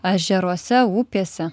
ežeruose upėse